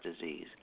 disease